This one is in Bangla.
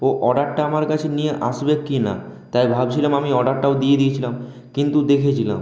ও অর্ডারটা আমার কাছে নিয়ে আসবে কিনা তাই ভাবছিলাম আমি অর্ডারটাও দিয়ে দিয়েছিলাম কিন্তু দেখেছিলাম